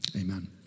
amen